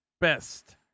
best